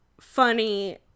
funny